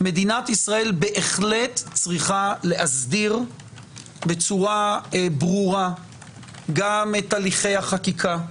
מדינת ישראל בהחלט צריכה להסדיר בצורה ברורה גם את הליכי החקיקה,